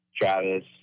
Travis